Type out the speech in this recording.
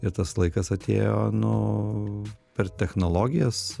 ir tas laikas atėjo nu per technologijas